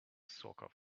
soccer